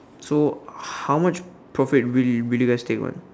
so how much profit will you guys take one